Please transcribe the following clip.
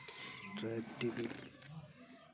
tribe TV